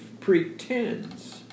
pretends